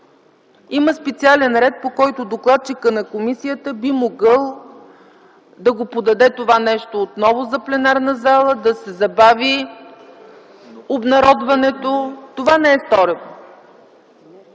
има специален ред, по който докладчикът на комисията би могъл да подаде това нещо отново за пленарна зала, да се забави обнародването. Това не е сторено.